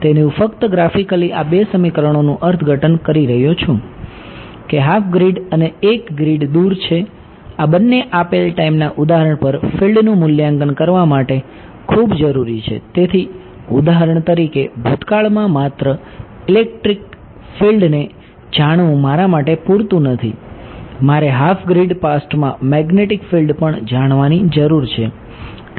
તેથી હું ફક્ત ગ્રાફિકલી પાસ્ટમાં મેગ્નેટિક ફિલ્ડ પણ જાણવાની જરૂર છે